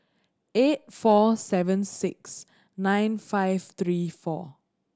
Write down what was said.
eight four seven six nine five three four